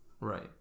Right